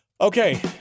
Okay